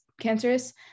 cancerous